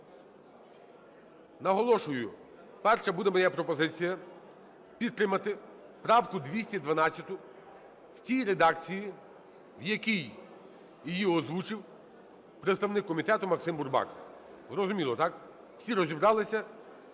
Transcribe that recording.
Наголошую, перша буде моя пропозиція – підтримати правку 212 в тій редакції, в якій її озвучив представник комітету Максим Бурбак. Зрозуміло, так? Всі розібралися.